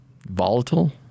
Volatile